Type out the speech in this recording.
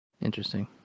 Interesting